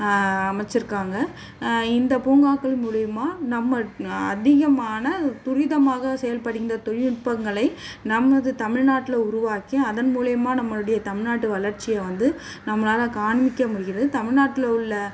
அமைச்சிருக்காங்க இந்த பூங்காக்கள் மூலிமா நம்ம அதிகமான துரிதமாக செயல்படுகின்ற தொழில்நுட்பங்களை நமது தமிழ்நாட்டுல உருவாக்கி அதன் மூலிமா நம்மளுடைய தமிழ்நாட்டு வளர்ச்சியை வந்து நம்மளால காண்பிக்க முடிகிறது தமிழ்நாட்டுல உள்ள